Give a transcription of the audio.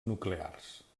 nuclears